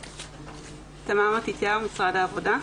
תמר מתתיהו, משרד העבודה.